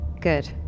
Good